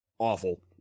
awful